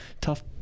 tough